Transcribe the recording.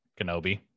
Kenobi